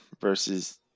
versus